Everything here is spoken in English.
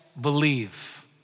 believe